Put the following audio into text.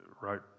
right